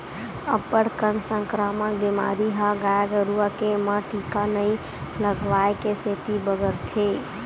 अब्बड़ कन संकरामक बेमारी ह गाय गरुवा के म टीका नइ लगवाए के सेती बगरथे